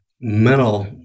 mental